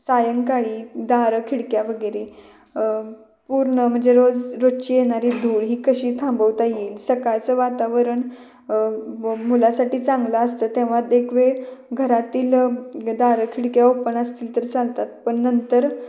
सायंकाळी दारंखिडक्या वगैरे पूर्ण म्हणजे रोज रोजची येणारी धूळ ही कशी थांबवता येईल सकाळचं वातावरण मुलासाठी चांगलं असतं तेव्हा एक वेळ घरातील दारंखिडक्या ओपन असतील तर चालतात पण नंतर